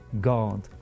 God